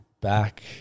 back